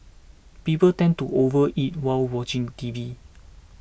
people tend to overeat while watching T V